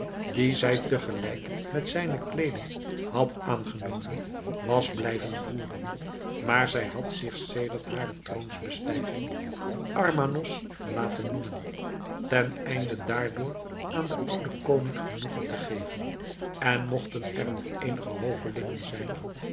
dien zij te gelijk met zijne kleeding had aangenomen was blijven voeren maar zij had zich sedert hare troonsbestijging armanos laten noemen teneinde daardoor aan den ouden koning genoegen te geven en mogten er nog eenige hovelingen zijn